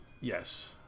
Yes